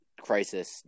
crisis